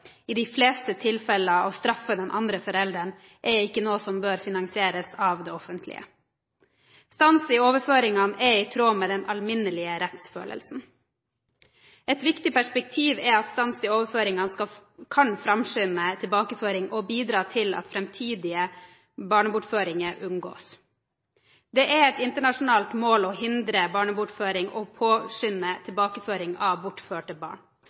i de fleste tilfeller å straffe den andre forelderen, er ikke noe som bør finansieres av det offentlige. Stans i overføringene er i tråd med den alminnelige rettsfølelsen. Et viktig perspektiv er at stans i overføringene kan framskynde tilbakeføring og bidra til at framtidige barnebortføringer unngås. Det er et internasjonalt mål å hindre barnebortføring og påskynde tilbakeføring av bortførte barn.